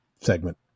segment